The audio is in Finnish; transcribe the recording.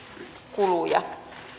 kuluja